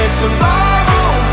tomorrow